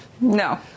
No